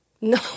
No